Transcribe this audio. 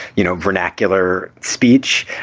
you know, vernacular speech.